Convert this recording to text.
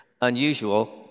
unusual